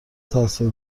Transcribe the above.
تاثیر